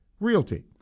realty